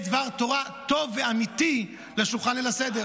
דבר תורה טוב ואמיתי לשולחן ליל הסדר.